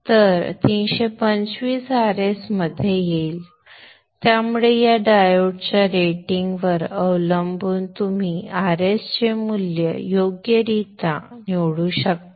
तर 325 Rs मध्ये येईल त्यामुळे या डायोड्सच्या रेटिंगवर अवलंबून तुम्ही Rs चे मूल्य योग्यरित्या निवडू शकता